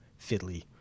fiddly